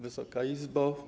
Wysoka Izbo!